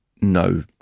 no